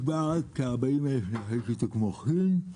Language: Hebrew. יש בארץ כ-40,000 נכי שיתוק מוחין.